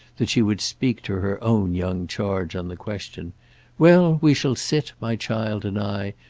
that she would speak to her own young charge on the question well, we shall sit, my child and i,